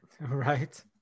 Right